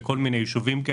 ביישובים,